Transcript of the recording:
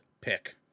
pick